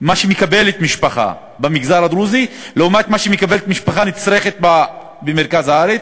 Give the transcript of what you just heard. שמקבלת משפחה במגזר הדרוזי לעומת מה שמקבלת משפחה נצרכת במרכז הארץ,